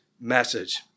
message